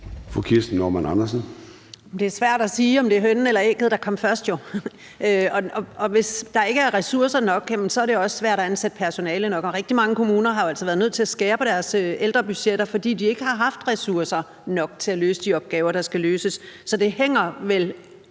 Det er svært at sige, om det er hønen eller ægget, der kom først jo. Hvis der ikke er ressourcer nok, er det også svært at ansætte personale nok, og rigtig mange kommuner har jo altså været nødt til at skære i deres ældrebudgetter, fordi de ikke har haft ressourcer nok til at løse de opgaver, der skal løses. Så det hænger vel